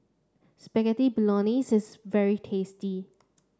Spaghetti Bolognese is very tasty